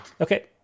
Okay